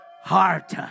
heart